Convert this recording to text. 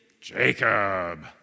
Jacob